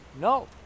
No